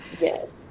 Yes